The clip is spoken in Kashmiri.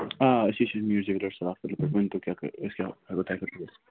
آ أسی چھِ میٖر جُویلٲرٕز سراف کٔدلہٕ پٮ۪ٹھ ؤنۍتو کیٛاہ خہٕ أسۍ کیٛاہ ہٮ۪کو تۄہہِ